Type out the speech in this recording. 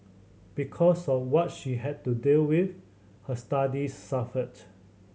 because of what she had to deal with her studies suffered